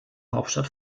hauptstadt